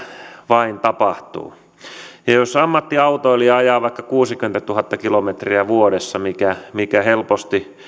vain tapahtuu jos ammattiautoilija ajaa vaikka kuusikymmentätuhatta kilometriä vuodessa mikä mikä helposti